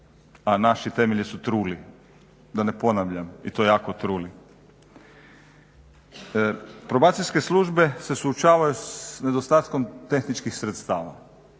a naši temelji su truli, da ne ponavljam i to jako truli. Probacijske službe se suočavaju s nedostatkom tehničkih sredstava,